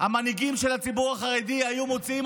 המנהיגים של הציבור החרדי היו מוציאים